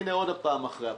הנה, עוד הפעם אחרי הבחירות.